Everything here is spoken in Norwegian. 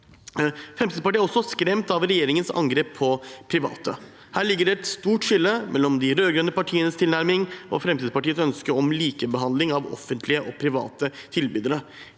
Fremskrittspartiet er skremt av regjeringens angrep på private. Her ligger det et stort skille mellom de rødgrønne partienes tilnærming og Fremskrittspartiets ønske om likebehandling av offentlige og private tilbydere.